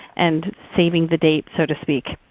and saving the date so to speak?